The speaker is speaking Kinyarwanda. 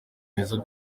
meza